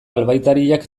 albaitariak